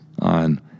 on